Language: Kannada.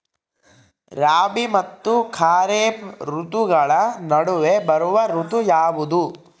ರಾಬಿ ಮತ್ತು ಖಾರೇಫ್ ಋತುಗಳ ನಡುವೆ ಬರುವ ಋತು ಯಾವುದು?